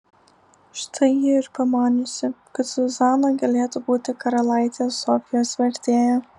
štai ji ir pamaniusi kad zuzana galėtų būti karalaitės sofijos vertėja